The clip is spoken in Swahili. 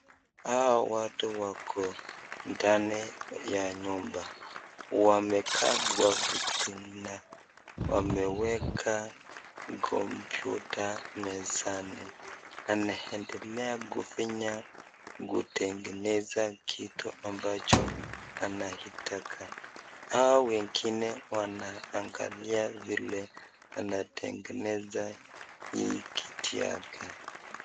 Hao watu wako ndani ya nyumba, wamekaa kwa viti na wameweka kompyuta mezani, anaendelea kufinya, kutengeneza kitu ambacho anaitaka. Hao wengine wanaangalia vile anatengeneza hii kitu yake.